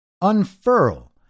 unfurl